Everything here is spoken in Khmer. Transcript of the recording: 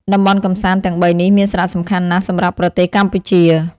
តំបន់កម្សាន្តទាំងបីនេះ មានសារៈសំខាន់ណាស់សម្រាប់ប្រទេសកម្ពុជា។